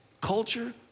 culture